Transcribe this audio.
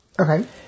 Okay